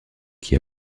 qui